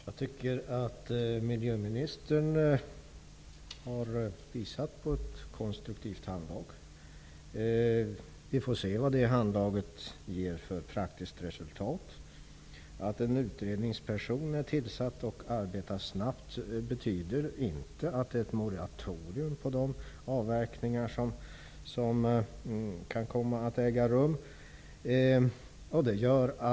Herr talman! Jag tycker att miljöministern har visat ett konstruktivt handlag. Vi får se vad det handlaget ger för praktiskt resultat. Att en utredningsperson är tillsatt och arbetar snabbt betyder inte att det råder moratorium, utan avverkningar kan komma att äga rum.